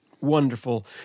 wonderful